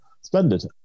Splendid